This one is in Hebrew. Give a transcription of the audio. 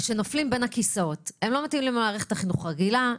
שנופלים בין הכיסאות: הם לא מתאימים למערכת החינוך הרגילה,